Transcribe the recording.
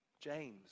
James